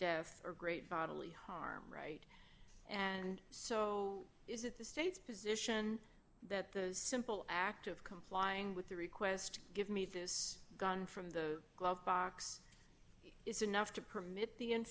death or great bodily harm right and so is it the state's position that the simple act of complying with the request give me this gun from the glove box is enough to permit the